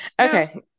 Okay